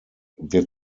der